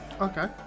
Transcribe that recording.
Okay